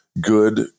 good